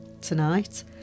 tonight